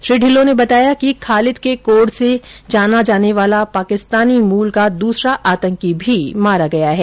श्री ढिल्लों ने बताया कि खालिद के कोड नाम से जाना जाने वाला पाकिस्तानी मूल का दूसरा आतंकी भी मारा गया है